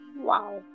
Wow